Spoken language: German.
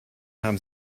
haben